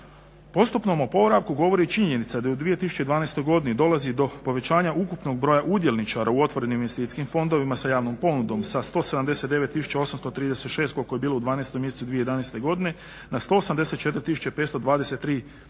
Postupnom oporavku govori i činjenica da je u 2012. godini dolazi do povećanja ukupnog broja udjelničara u otvorenim investicijskim fondovima sa javnom ponudom sa 179836 koliko je bilo u 12 mjesecu 2011. godine na 184523.